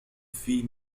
فِي